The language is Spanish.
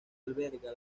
alberga